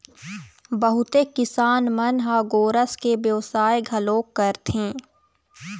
बहुते किसान मन ह गोरस के बेवसाय घलोक करथे